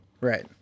right